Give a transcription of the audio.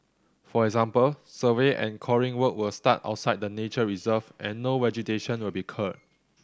for example survey and coring work will start outside the nature reserve and no vegetation will be cleared